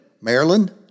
Maryland